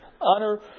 honor